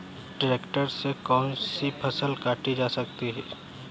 Tractor से कौन सी फसल काटी जा सकती हैं?